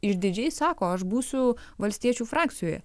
išdidžiai sako aš būsiu valstiečių frakcijoje